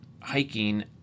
hiking